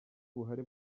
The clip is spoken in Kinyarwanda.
buhari